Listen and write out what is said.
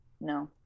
No